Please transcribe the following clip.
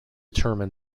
determine